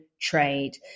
trade